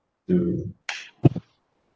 two